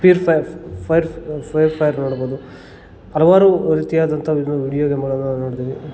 peer fire fire ಫೀ free fire ನೋಡ್ಬೋದು ಹಲವಾರು ರೀತಿಯಾದಂಥ ಇನ್ನು ವೀಡಿಯೋ ಗೇಮುಗಳನ್ನು ನೋಡ್ಬೋದು